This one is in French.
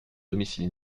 domicile